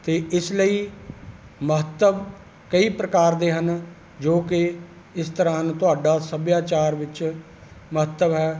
ਅਤੇ ਇਸ ਲਈ ਮਹੱਤਵ ਕਈ ਪ੍ਰਕਾਰ ਦੇ ਹਨ ਜੋ ਕਿ ਇਸ ਤਰ੍ਹਾਂ ਹਨ ਤੁਹਾਡਾ ਸੱਭਿਆਚਾਰ ਵਿੱਚ ਮਹੱਤਵ ਹੈ